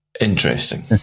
Interesting